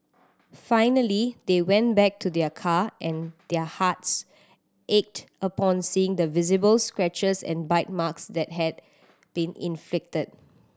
finally they went back to their car and their hearts ached upon seeing the visible scratches and bite marks that had been inflicted